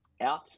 out